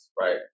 right